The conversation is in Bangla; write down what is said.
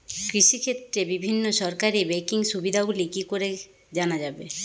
কৃষিক্ষেত্রে বিভিন্ন সরকারি ব্যকিং সুবিধাগুলি কি করে জানা যাবে?